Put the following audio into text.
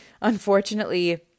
unfortunately